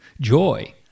Joy